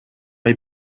hay